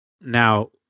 Now